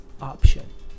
option